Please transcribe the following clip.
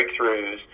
breakthroughs